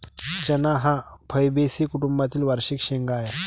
चणा हा फैबेसी कुटुंबातील वार्षिक शेंगा आहे